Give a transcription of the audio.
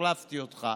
כשהחלפתי אותך,